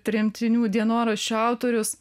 tremtinių dienoraščio autorius